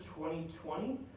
2020